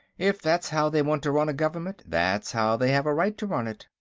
if that's how they want to run a government, that's how they have a right to run it.